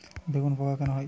বেগুনে পোকা কেন হয়?